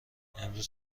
امروز